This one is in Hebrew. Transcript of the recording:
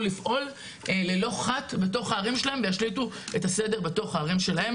לפעול ללא חת בתוך הערים שלהם וישליטו את הסדר בתוך הערים שלהם.